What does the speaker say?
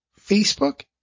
Facebook